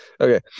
Okay